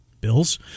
bills